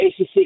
ACC